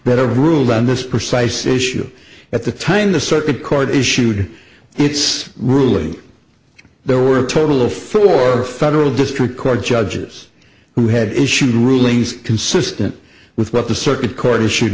better ruled on this precise issue at the time the circuit court issued its ruling there were a total of four federal district court judges who had issued rulings consistent with what the circuit court issued